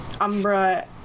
umbra